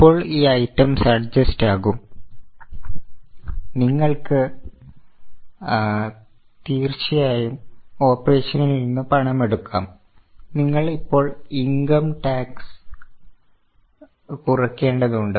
ഇപ്പോൾ ഈ items adjust ആകും നിങ്ങൾക്ക് തീർച്ചയായും ഓപ്പറേഷനിൽ നിന്ന് പണമുണ്ടാക്കാം നിങ്ങൾ ഇപ്പോൾ ഇൻകം ടാക്സ് കുറയ്ക്കേണ്ടതുണ്ട്